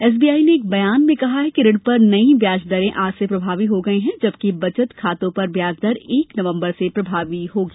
SBI ने एक बयान में कहा कि ऋण पर नई ब्याज दरें आज से प्रभावी हो गई हैं जबकि बचत खातों पर ब्याज दर एक नवम्बर से प्रभावी होगी